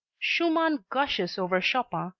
schumann gushes over chopin,